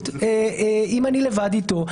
אם אני לבד אתו,